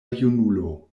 junulo